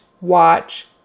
watch